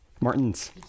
Martin's